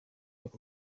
ako